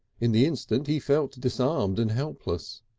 in the instant he felt disarmed and helpless.